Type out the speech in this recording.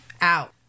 out